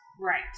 Right